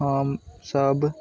सब